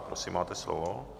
Prosím, máte slovo.